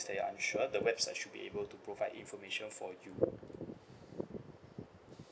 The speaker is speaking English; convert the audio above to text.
that you're unsure the website should be able to provide information for you